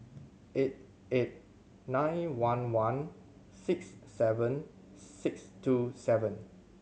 eight eight nine one one six seven six two seven